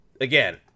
again